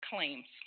claims